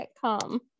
come